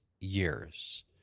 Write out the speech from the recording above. years